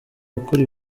gukora